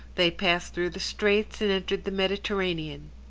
they passed through the straits, and entered the mediterranean.